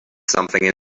something